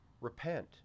repent